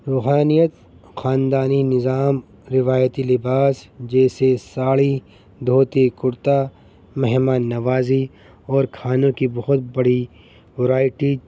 روحانیت خاندانی نظام روایتی لباس جیسے ساڑی دھوتی کرتا مہمان نوازی اور کھانوں کی بہت بڑی ورائٹی